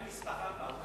מה עם נספח 4?